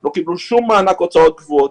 לא קיבלו כל מענק הוצאות קבועות.